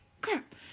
crap